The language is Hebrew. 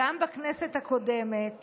גם בכנסת הקודמת